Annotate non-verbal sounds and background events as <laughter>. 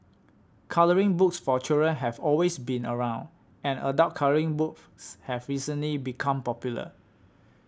colouring books for children have always been around and adult colouring <noise> books have recently become popular